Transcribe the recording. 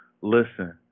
Listen